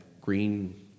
green